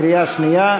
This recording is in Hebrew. בקריאה שנייה.